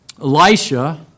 Elisha